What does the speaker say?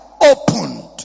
opened